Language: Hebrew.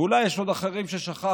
ואולי יש עוד אחרים ששכחתי,